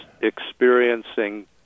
experiencing